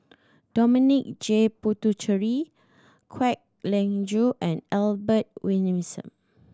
Dominic J Puthucheary Kwek Leng Joo and Albert